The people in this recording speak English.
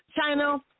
China